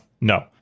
no